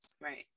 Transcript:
right